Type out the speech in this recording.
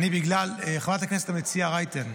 חברת הכנסת המציעה רייטן,